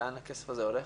לאן הכסף הזה הולך?